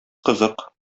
кызык